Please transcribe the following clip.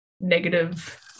negative